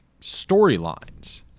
storylines